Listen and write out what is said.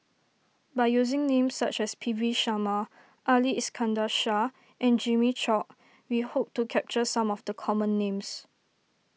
by using names such as P V Sharma Ali Iskandar Shah and Jimmy Chok we hope to capture some of the common names